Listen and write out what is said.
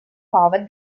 cover